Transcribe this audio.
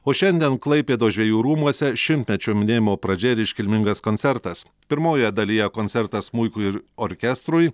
o šiandien klaipėdos žvejų rūmuose šimtmečio minėjimo pradžia ir iškilmingas koncertas pirmojoje dalyje koncertas smuikui ir orkestrui